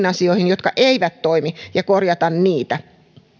asioihin jotka eivät toimi ja korjata niitä